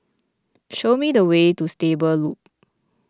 show me the way to Stable Loop